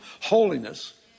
holiness